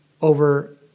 over